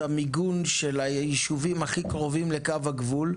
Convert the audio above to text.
המיגון של הישובים הכי קרובים לקו הגבול,